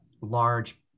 large